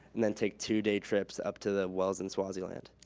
and then take two day trips up to the wells in swaziland.